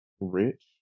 rich